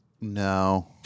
No